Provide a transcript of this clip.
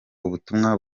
ubutumwa